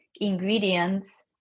ingredients